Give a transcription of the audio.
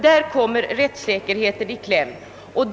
Där kan rättssäkerheten komma i kläm.